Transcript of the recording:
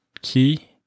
key